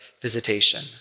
visitation